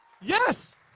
Yes